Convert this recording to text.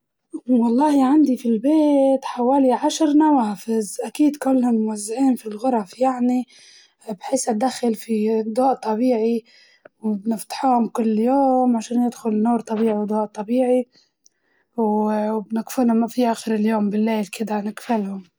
والله عندي في البيت حوالي عشر نوافز أكيد كلهم موزعين في الغرف يعني بحيس أدخل فيه ضوء طبيعي، نفتحوهم كل يوم عشان يدخل نور طبيعي وضوء طبيعي و وبنقفلهم ما في آخر اليوم بالليل كدة نقفلهم.